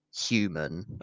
human